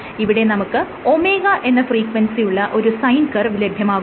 ഇവിടെ നമുക്ക് ω എന്ന ഫ്രീക്വൻസിയുള്ള ഒരു സൈൻ കർവ് ലഭ്യമാകുന്നു